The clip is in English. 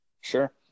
Sure